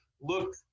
look